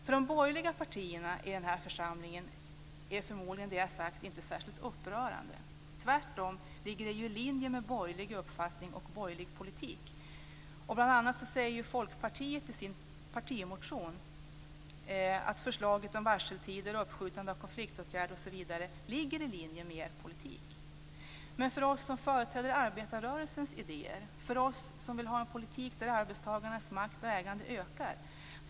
För de borgerliga partierna i den här församlingen är det jag har sagt förmodligen inte särskilt upprörande. Det ligger tvärtom i linje med en borgerlig uppfattning och politik. Folkpartiet säger bl.a. i sin partimotion att förslaget om varseltider och uppskjutande av konfliktåtgärder osv. ligger i linje med partiets politik. Men vi som företräder arbetarrörelsens idéer vill ha en politik där arbetstagarnas makt och ägande ökar.